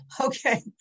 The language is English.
okay